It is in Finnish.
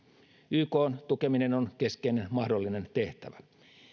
ykn tukeminen on keskeinen mahdollinen tehtävä